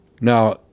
Now